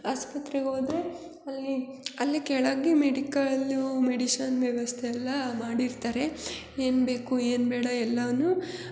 ಆಸ್ಪತ್ರೆಗೋದರೆ ಅಲ್ಲಿ ಅಲ್ಲಿ ಕೆಳಗೆ ಮೆಡಿಕಲ್ಲು ಮೆಡಿಶನ್ ವ್ಯವಸ್ಥೆ ಎಲ್ಲ ಮಾಡಿರ್ತಾರೆ ಏನು ಬೇಕು ಏನು ಬೇಡ ಎಲ್ಲವೂ